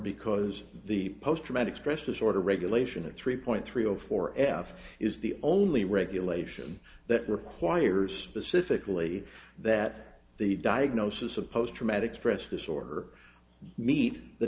because the post traumatic stress disorder regulation a three point three zero four s f is the only regulation that requires specifically that the diagnosis of post traumatic stress disorder meet the